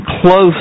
close